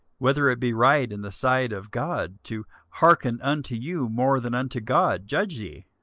whether it be right in the sight of god to hearken unto you more than unto god, judge ye.